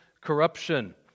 corruption